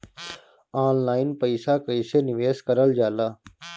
Online पईसा कईसे निवेश करल जाला?